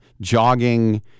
jogging